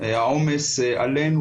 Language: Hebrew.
העומס עלינו,